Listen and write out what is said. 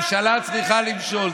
ממשלה צריכה למשול.